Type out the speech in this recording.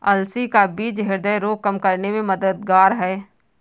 अलसी का बीज ह्रदय रोग कम करने में मददगार है